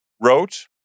wrote